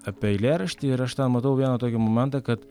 apie eilėraštį ir aš tą matau vieną tokį momentą kad